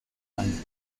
ein